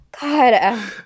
God